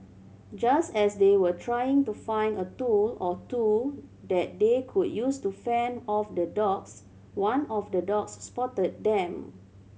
just as they were trying to find a tool or two that they could use to fend off the dogs one of the dogs spotted them